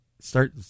start